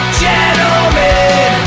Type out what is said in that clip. gentlemen